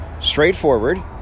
straightforward